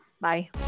Bye